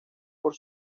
por